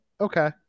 okay